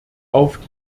auf